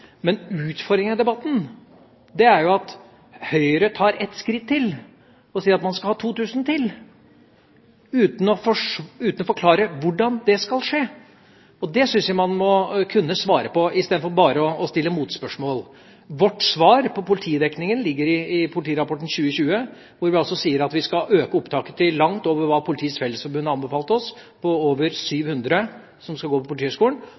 Utfordringa i debatten er jo at Høyre tar et skritt til, og sier at man skal ha 2 000 til, uten å forklare hvordan det skal skje. Det syns jeg man må kunne svare på, istedenfor bare å stille motspørsmål. Vårt svar på politidekningen ligger i rapporten «Politiet mot 2020», hvor vi sier at vi skal øke opptaket til langt over hva Politiets Fellesforbund anbefalte oss, ved at over 700 skal gå på Politihøgskolen,